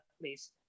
please